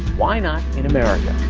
why not in america?